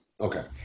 Okay